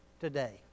today